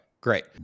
great